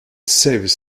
saves